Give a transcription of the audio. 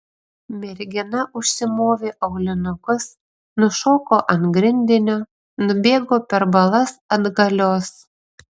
mergina užsimovė aulinukus nušoko ant grindinio nubėgo per balas atgalios